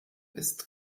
ist